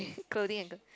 clothing